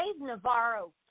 Navarro